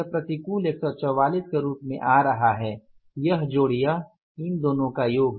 यह प्रतिकूल १४४ के रूप में आ रहा है यह जोड़ यह इन दोनोंका योग